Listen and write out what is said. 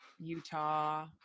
Utah